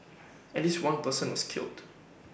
at least one person was killed